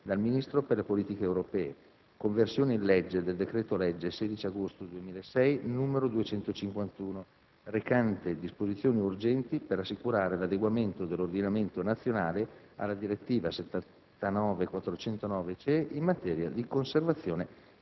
dal Ministro per le politiche europee: «Conversione in legge del decreto-legge 16 agosto 2006, n. 251, recante disposizioni urgenti per assicurare l’adeguamento dell’ordinamento nazionale alla direttiva 79/409/CEE in materia di conservazione